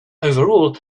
overall